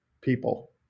people